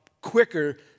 quicker